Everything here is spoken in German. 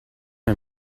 mir